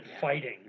fighting